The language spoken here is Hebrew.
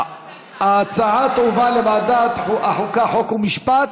ההצעה תועבר לוועדת החוקה, חוק ומשפט.